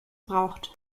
braucht